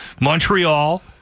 Montreal